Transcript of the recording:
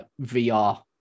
VR